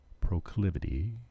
proclivity